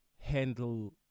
handle